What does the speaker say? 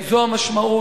זו המשמעות,